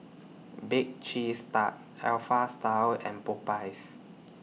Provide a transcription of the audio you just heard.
Bake Cheese Tart Alpha Style and Popeyes